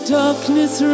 darkness